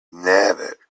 never